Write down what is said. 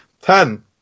Ten